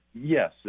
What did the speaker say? Yes